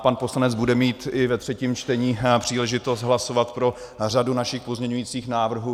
Pan poslanec bude mít i ve třetím čtení příležitost hlasovat pro řadu našich pozměňujících návrhů.